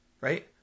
Right